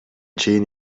чейин